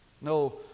No